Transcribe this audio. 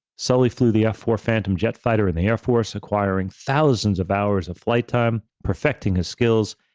sully flew the f four phantom jet fighter in the airforce, requiring thousands of hours of flight time, perfecting his skills,